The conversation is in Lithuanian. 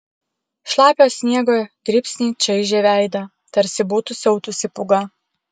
šlapio sniego dribsniai čaižė veidą tarsi būtų siautusi pūga